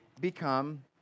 become